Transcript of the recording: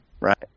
Right